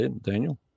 Daniel